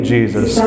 Jesus